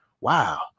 Wow